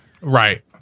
Right